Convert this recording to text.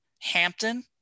Hampton